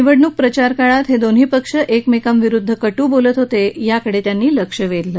निवडणूक प्रचार काळात हे दोन्ही पक्ष एकमेकांविरुद्ध कटू बोलत होते याकडे जावडेकर यांनी लक्ष वेधलं